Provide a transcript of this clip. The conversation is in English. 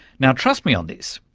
now, trust me on this,